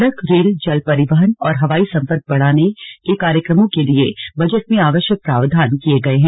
सड़क रेल जल परिवहन और हवाई संपर्क बढ़ाने के कार्यक्रमों के लिए बजट में आवश्यक प्रावधान किए गए हैं